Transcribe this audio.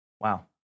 Wow